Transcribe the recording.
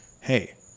Hey